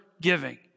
giving